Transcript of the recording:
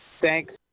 Thanks